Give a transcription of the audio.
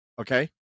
okay